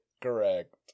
correct